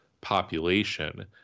population